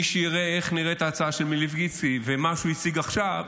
מי שיראה איך נראית ההצעה של מלביצקי ומה שהוא הציג עכשיו,